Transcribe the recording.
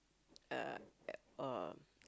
uh uh